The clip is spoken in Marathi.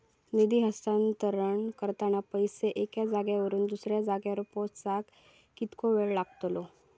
निधी हस्तांतरण करताना पैसे एक्या जाग्यावरून दुसऱ्या जाग्यार पोचाक कितको वेळ लागतलो?